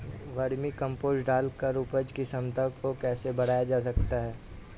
Vermi compost डालकर उपज की क्षमता को कैसे बढ़ाया जा सकता है?